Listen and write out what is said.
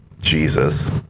Jesus